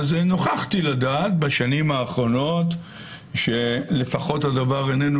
נוכחתי לדעת בשנים האחרונות שלפחות הדבר איננו